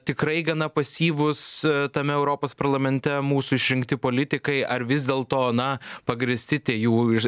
tikrai gana pasyvūs tame europos parlamente mūsų išrinkti politikai ar vis dėlto na pagrįsti tie jų ir